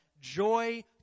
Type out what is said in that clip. joy